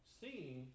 seeing